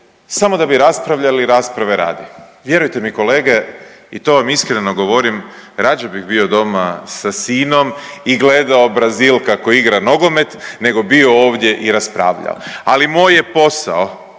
samo da bi raspravljali rasprave radi. Vjerujte mi kolege i to vam iskreno govorim rađe bih bio doma sa sinom i gledao Brazil kako igra nogomet nego bio ovdje i raspravljao, ali moj je posao